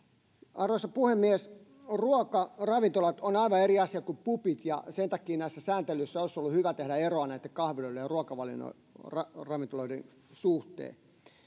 arvoisa puhemies ruokaravintolat on aivan eri asia kuin pubit ja sen takia näissä sääntelyissä olisi ollut hyvä tehdä eroa näitten kahviloiden ja ruokaravintoloiden suhteen